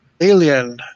alien